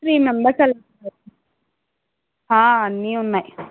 three members హా అన్నీ ఉన్నాయి